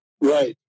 Right